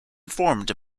informed